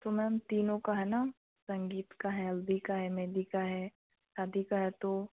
तो मैम तीनों का है ना संगीत का है हल्दी का है मेंहदी का है शादी का है तो